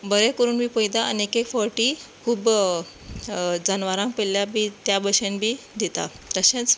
बरें करून बी पळयता आनी एक एक फावटी खूब जनावरां बी पळयल्या त्या भशेन बी दितात तशेंच